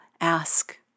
ask